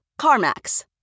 CarMax